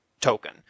token